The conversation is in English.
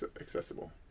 accessible